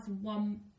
one